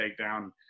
takedown